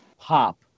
pop